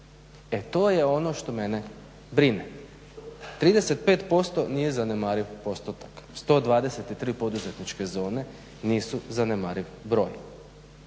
E to je ono što mene brine. 35% nije zanemariv postotak, 123 poduzetničke zone nisu zanemariv broj.